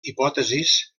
hipòtesis